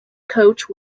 coach